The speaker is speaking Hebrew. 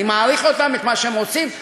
אני מעריך אותם ואת מה שהם עושים.